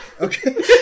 Okay